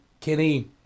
Kenny